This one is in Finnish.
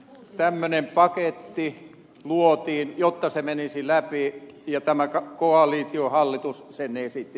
tämmöinen paketti luotiin jotta se menisi läpi ja tämä koalitiohallitus sen esitti